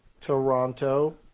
Toronto